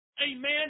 Amen